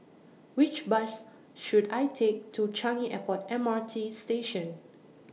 Which Bus should I Take to Changi Airport M R T Station